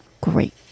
Great